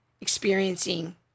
experiencing